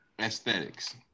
aesthetics